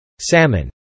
Salmon